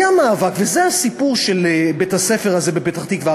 היה מאבק, וזה הסיפור של בית-הספר הזה בפתח-תקווה.